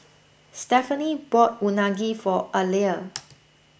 Stephaine bought Unagi for Alia